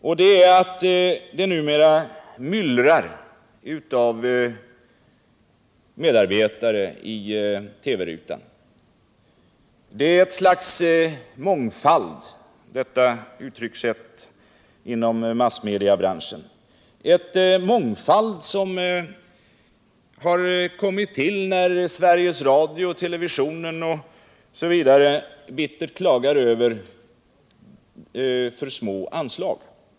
Jag syftar på att det numera myllrar av medarbetare i TV-rutan. Det är ett slags mångfald som har kommit till nu när radio och TV så bittert klagar över de små anslagen.